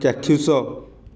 ଚାକ୍ଷୁସ